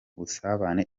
busabane